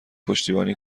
پشتیبانی